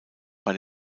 bei